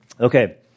Okay